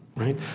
right